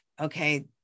okay